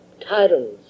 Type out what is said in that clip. tyrants